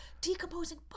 decomposing